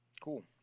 Cool